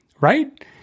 right